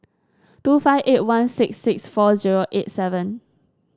two five eight one six six four zero eight seven